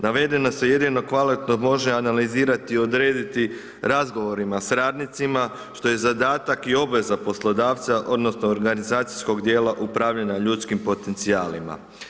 Navedeno se jedino kvalitetno može analizirati odrediti razgovorima s radnicima što je zadatak i obveza poslodavca odnosno organizacijskog dijela upravljanja ljudskim potencijalima.